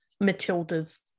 Matilda's